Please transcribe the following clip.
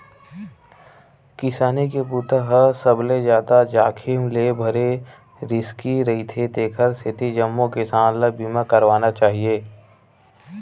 किसानी के बूता ह सबले जादा जाखिम ले भरे रिस्की रईथे तेखर सेती जम्मो किसान ल बीमा करवाना चाही